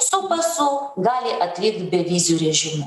su pasu gali atvykt beviziu režimu